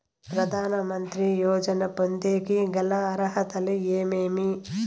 ప్రధాన మంత్రి యోజన పొందేకి గల అర్హతలు ఏమేమి?